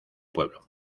pueblo